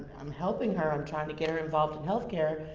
i'm helping her, i'm trying to get her involved in healthcare,